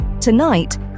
Tonight